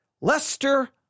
Lester